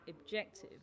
objective